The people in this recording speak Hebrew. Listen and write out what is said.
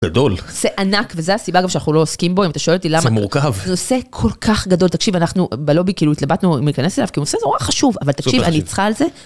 גדול. זה ענק, וזה הסיבה שאנחנו לא עוסקים בו, אם אתה שואל אותי למה. זה מורכב. זה נושא כל כך גדול. תקשיב, אנחנו בלובי, כאילו התלבטנו אם ניכנס אליו, כי נושא זה נורא חשוב. אבל תקשיב, אני צריכה על זה.